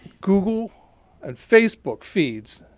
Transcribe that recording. google and facebook feeds,